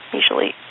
usually